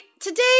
today